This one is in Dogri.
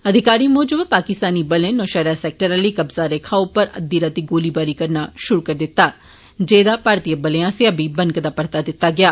अधिकारी मुजब पाकिस्तानी बलें नौशहरा सेक्टर आह्ली कब्जा रेखा उप्पर अद्दी राती गोलीबारी करना शुरू करी दित्ता जेदा भारतीय बलें आस्सेआ बी बनकदा परता दित्ता गेआ